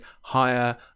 higher